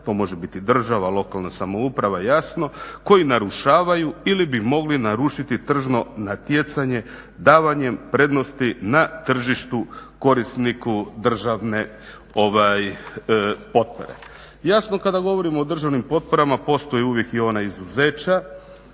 To može biti država, lokalna samouprava jasno koji narušavaju ili bi mogli narušiti tržno natjecanje davanjem prednosti na tržištu korisniku državne potpore. Jasno kada govorimo o državnim potporama postoje uvijek i ona izuzeća.